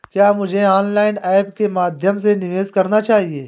क्या मुझे online apps के माध्यम से निवेश करना चाहिए?